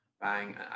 bang